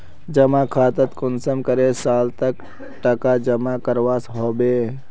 जमा खातात कुंसम करे साल तक टका जमा करवा होबे?